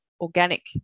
organic